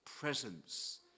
presence